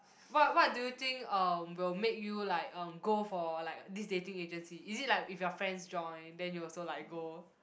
what what do you think uh will make you like um go for like this dating agency is it like if your friends join then you also like go